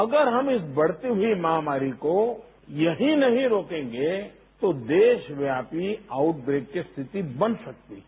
अगर हम इस बढ़ती हुई महामारी को यहीं नहीं रोकेंगे तो देश व्यापी आउट बेड की स्थिति बन सकती है